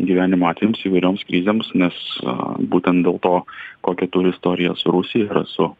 gyvenimo atvejams įvairioms krizėms nes būtent dėl to kokią turi istoriją su rusija ir su